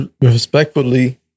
respectfully